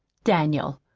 daniel,